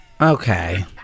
Okay